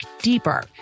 deeper